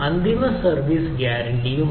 അന്തിമ സർവീസ് ഗ്യാരൻറിയായി